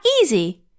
easy